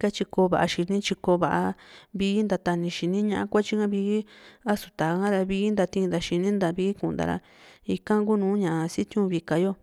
ka tyi ko´vaxini tyi ko´vaa vii ntatani xini ñà´a kuatyi a su tà´a ra vii ntatinta xini nta vii kunta ika kunu ña sitiun vika yo.